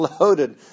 loaded